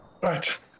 right